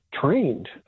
trained